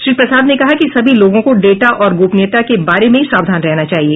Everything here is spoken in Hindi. श्री प्रसाद ने कहा कि सभी लोगों को डेटा की गोपनीयता के बारे में सावधान रहना चाहिए